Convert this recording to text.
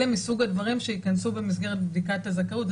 אלה מסוג הדברים שייכנסו במסגרת בדיקת הזכאות.